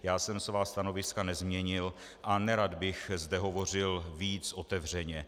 Já jsem svá stanoviska nezměnil a nerad bych zde hovořil víc otevřeně.